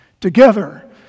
Together